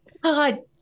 God